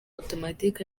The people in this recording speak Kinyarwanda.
automatic